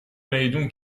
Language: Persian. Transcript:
میدون